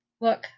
Look